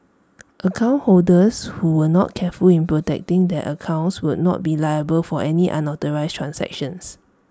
account holders who were not careful in protecting their accounts would not be liable for any unauthorised transactions